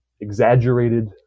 exaggerated